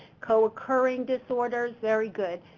co-occurring disorders, very good.